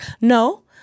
no